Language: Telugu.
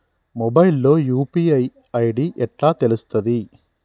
మొబైల్ లో యూ.పీ.ఐ ఐ.డి ఎట్లా తెలుస్తది?